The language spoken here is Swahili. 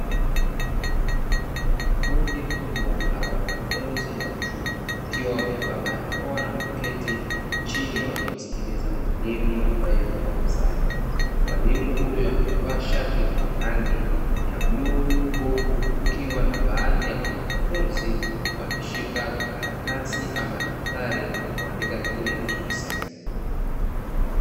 Kundi kubwa la wanafunzi wa chuo wakiwa wamevaa barakoa na kuketi chini wakimsikiliza mwalimu ambaye yuko darasani. Mwalimu huyu amevaa shati lenye rangi ya bluu, huku kukiwa na baadhi ya wanafunzi wameshika karatasi ama daftari na kuandika kile anachokisema.